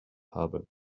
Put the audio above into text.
habe